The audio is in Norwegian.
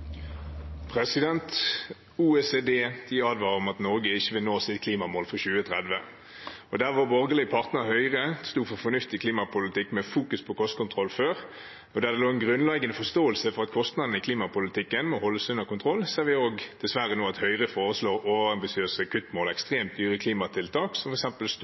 oppfølgingsspørsmål. OECD advarer om at Norge ikke vil nå sine klimamål for 2030. Og der vår borgerlige partner Høyre før sto for en fornuftig klimapolitikk med fokus på kostkontroll, der det lå en grunnleggende forståelse for at kostnadene i klimapolitikken må holdes under kontroll, ser vi dessverre nå at Høyre foreslår overambisiøse kuttmål og ekstremt dyre klimatiltak, som eksempelvis